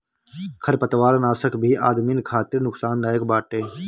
खरपतवारनाशक भी आदमिन खातिर नुकसानदायक बाटे